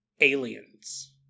aliens